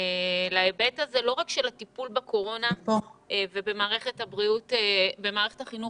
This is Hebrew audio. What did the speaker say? לא רק להיבט של הטיפול בקורונה ובמערכת החינוך